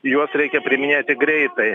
juos reikia priiminėti greitai